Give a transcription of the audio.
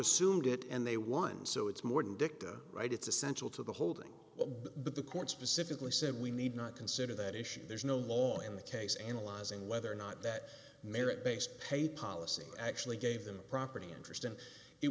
assumed it and they won so it's more than dicta right it's essential to the holding but the court specifically said we need not consider that issue there's no law in the case analyzing whether or not that merit based pay policy actually gave them a property interest and it